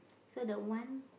so the one